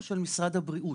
הוא של משרד הבריאות.